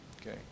Okay